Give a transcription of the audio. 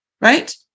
right